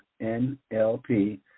NLP